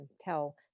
tell